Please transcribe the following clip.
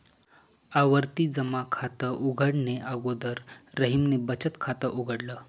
आवर्ती जमा खात उघडणे अगोदर रहीमने बचत खात उघडल